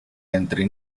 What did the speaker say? entre